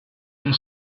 and